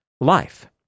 life